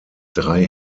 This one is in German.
drei